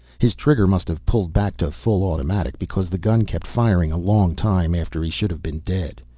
his trigger must have pulled back to full automatic because the gun kept firing a long time after he should have been dead.